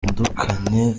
batandukanye